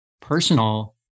personal